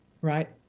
right